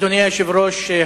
אדוני היושב-ראש,